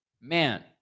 man